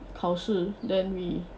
考试 then we